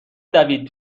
دوید